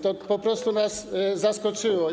To po prostu nas zaskoczyło.